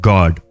God